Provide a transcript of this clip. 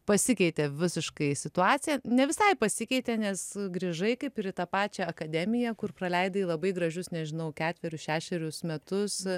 pasikeitė visiškai situacija ne visai pasikeitė nes grįžai kaip ir į tą pačią akademiją kur praleidai labai gražius nežinau ketverius šešerius metus